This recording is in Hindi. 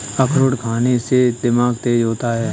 अखरोट खाने से दिमाग तेज होता है